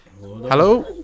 Hello